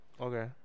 Okay